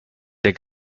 der